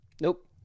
Nope